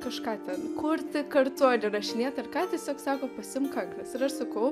kažką ten kurti kartu įrašinėt ar ką tiesiog sako pasiimk kankles ir aš sakau